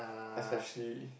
especially